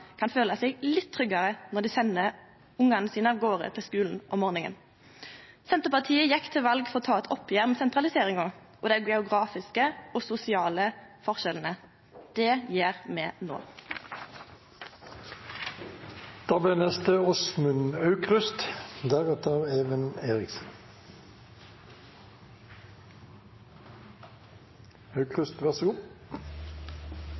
kan føle seg litt tryggare når dei sender ungane sine av garde til skulen om morgonen. Senterpartiet gjekk til val for å ta eit oppgjer med sentraliseringa og dei geografiske og sosiale forskjellane. Det gjer me